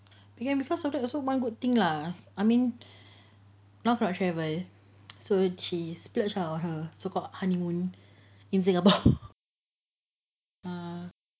became because of that also one good thing lah I mean not about travel so she splurge out her so called honeymoon in singapore err